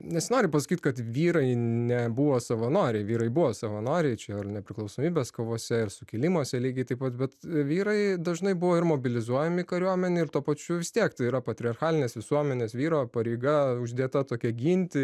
nesinori pasakyt kad vyrai nebuvo savanoriai vyrai buvo savanoriai čia ir nepriklausomybės kovose ir sukilimuose lygiai taip pat bet vyrai dažnai buvo ir mobilizuojami kariuomenė ir tuo pačiu vis tiek tai yra patriarchalinės visuomenės vyro pareiga uždėta tokia ginti